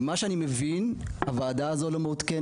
ממה שאני מבין הוועדה הזאת לא מעודכנת,